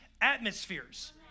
atmospheres